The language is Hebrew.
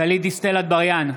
גלית דיסטל אטבריאן,